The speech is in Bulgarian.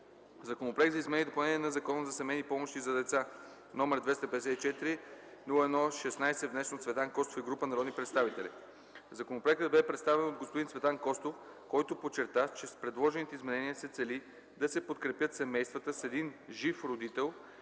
Законопроект за изменение и допълнение на Закона за семейни помощи за деца, № 254-01-16, внесен от Цветан Костов и група народни представители на 16.02.2012 г. Законопроектът бе представен от господин Цветан Костов, който подчерта, че с предложените изменения се цели да се подкрепят семействата с един жив родител,